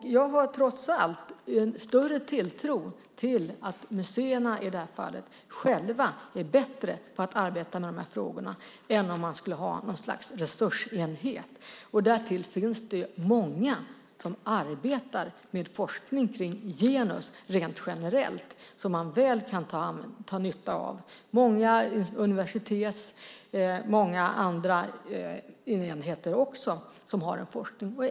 Jag har trots allt en större tilltro till att museerna själva i detta fall är bättre på att arbeta med dessa frågor än om man skulle ha något slags resursenhet. Därtill finns det många som arbetar med forskning om genus rent generellt som man kan ha stor nytta av. Många universitet och andra enheter har forskning.